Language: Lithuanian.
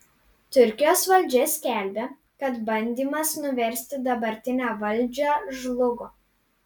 turkijos valdžia skelbia kad bandymas nuversti dabartinę valdžią žlugo